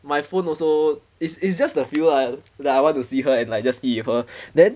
my phone also it's it's just the feel lah like I want to see her and like just eat with her then